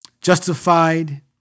justified